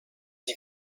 sie